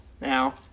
now